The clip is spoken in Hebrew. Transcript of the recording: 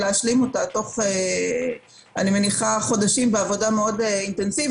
להשלים אותה תוך חודשים בעבודה אינטנסיבית.